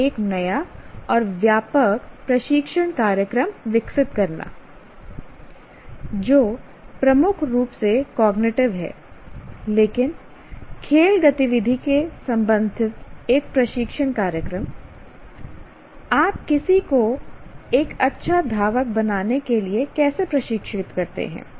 या एक नया और व्यापक प्रशिक्षण कार्यक्रम विकसित करना जो प्रमुख रूप से कॉग्निटिव है लेकिन खेल गतिविधि से संबंधित एक प्रशिक्षण कार्यक्रम आप किसी को एक अच्छा धावक बनने के लिए कैसे प्रशिक्षित करते हैं